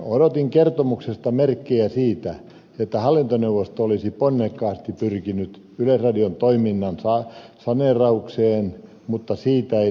odotin kertomuksesta merkkejä siitä että hallintoneuvosto olisi ponnekkaasti pyrkinyt yleisradion toiminnan saneeraukseen mutta siitä ei näy merkkejä